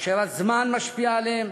אשר הזמן משפיע עליהם,